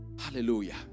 Hallelujah